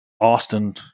Austin